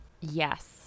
Yes